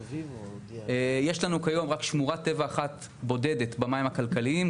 כיום יש לנו רק שמורת טבע אחת בודדת במים הכלכליים,